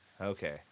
Okay